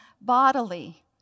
bodily